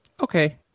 Okay